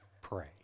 pray